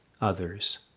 others